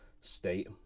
state